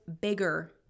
bigger